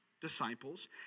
disciples